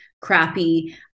crappy